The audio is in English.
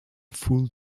full